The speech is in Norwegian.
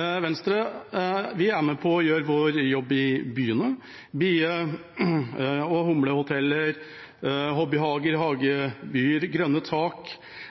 i Venstre er med på å gjøre vår jobb i byene: bie- og humlehoteller, hobbyhager, hagebyer, grønne tak,